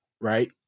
right